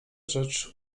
rzecz